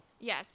Yes